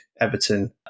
Everton